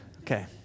Okay